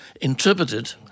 interpreted